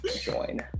join